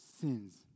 sins